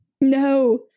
No